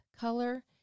color